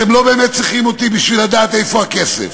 אתם לא באמת צריכים אותי בשביל לדעת איפה הכסף,